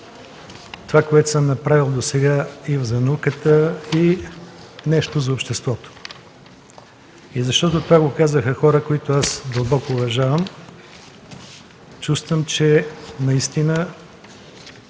това, което съм направил досега и за науката, и нещо за обществото, защото това го казаха хора, които аз дълбоко уважавам. Чувствам, че наистина